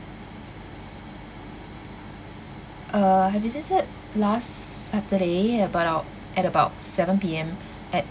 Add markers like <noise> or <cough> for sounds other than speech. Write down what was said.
uh I visited last saturday about on at about seven P_M <breath> at